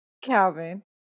Calvin